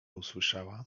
usłyszała